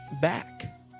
back